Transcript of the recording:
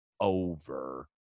over